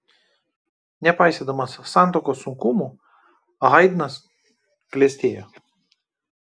nepaisydamas santuokos sunkumų haidnas klestėjo